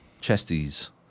chesties